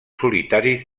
solitaris